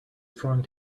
strong